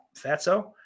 fatso